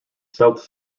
south